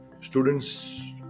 students